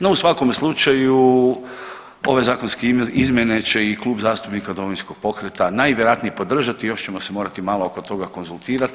No u svakom slučaju ove zakonske izmjene će i Klub zastupnika Domovinskog pokreta najvjerojatnije podržati, još ćemo se morati malo oko toga konzultirati.